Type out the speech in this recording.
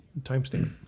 timestamp